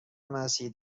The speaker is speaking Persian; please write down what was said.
مسیحی